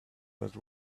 that